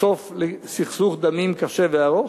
סוף לסכסוך דמים קשה וארוך.